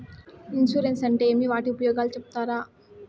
Insurance అంటే ఏమి? వాటి ఉపయోగాలు సెప్తారా?